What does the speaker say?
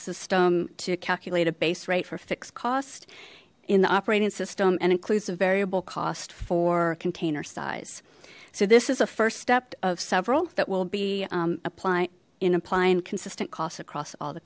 system to calculate a base rate for fixed cost in the operating system and includes a variable cost for container size so this is a first step of several that will be applied in applying consistent costs across all the